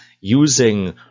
using